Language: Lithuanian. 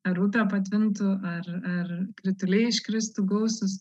ar upė patvintų ar ar krituliai iškrėstų gausūs